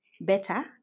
better